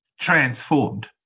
transformed